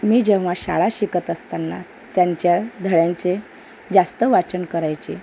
मी जेव्हा शाळा शिकत असताना त्यांच्या धड्यांचे जास्त वाचन करायचे